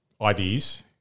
ideas